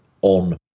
on